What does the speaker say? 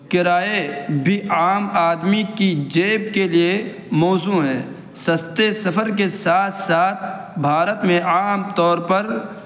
کرائے بھی عام آدمی کی جیب کے لیے موزوں ہے سستے سفر کے ساتھ ساتھ بھارت میں عام طور پر